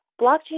blockchain